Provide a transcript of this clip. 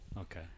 Okay